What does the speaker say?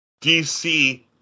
DC